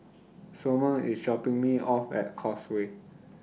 Sommer IS dropping Me off At Causeway